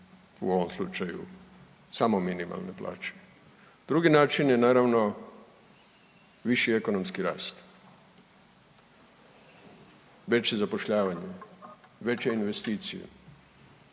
u ovom slučaju samo minimalne plaće. Drugi način je naravno, viši ekonomski rast, veće zapošljavanje, veće investicije.